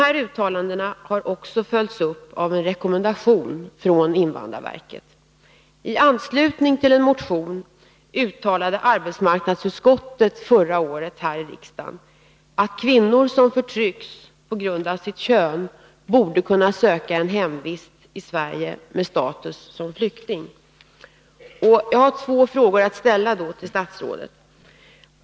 Dessa uttalanden har också följts upp i en rekommendation från invandrarverket. Tanslutning till behandlingen av en motion uttalade förra året arbetsmarknadsutskottet här i riksdagen att kvinnor som förtrycks på grund av sitt kön borde kunna söka en hemvist i Sverige med status som flykting. Jag har två frågor att ställa till statsrådet.